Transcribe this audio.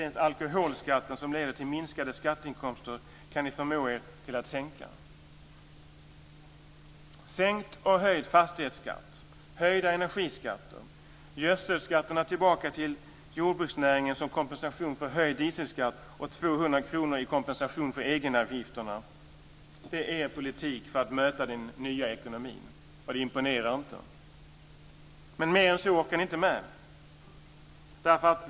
Ni kan inte ens förmå er att sänka alkoholskatten - som leder till minskade skatteinkomster. 200 kr i kompensation för egenavgifterna är er politik för att möta den nya ekonomin. Det imponerar inte. Men mer än så orkar ni inte med.